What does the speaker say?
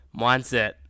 mindset